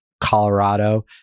Colorado